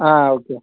okay